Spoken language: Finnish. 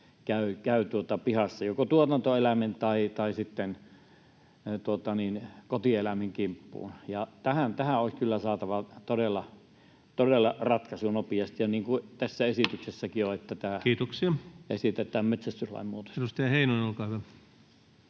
käy pihassa joko tuotantoeläimen tai sitten kotieläimen kimppuun. Tähän olisi kyllä todella saatava ratkaisu nopeasti, ja niin kuin tässä esityksessäkin on, tähän esitetään metsästyslain muutosta. Kiitoksia. — Edustaja Heinonen, olkaa hyvä.